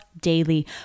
daily